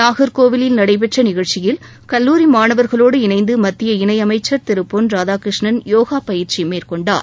நாகர்கோவிலில் நடைபெற்ற நிகழ்ச்சியில் கல்லூரி மாணவர்களோடு இணைந்து மத்திய இணையமைச்சர் திரு பொன் ராதாகிருஷ்ணன் யோகா பயிற்சி மேற்கொண்டார்